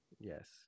Yes